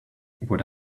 would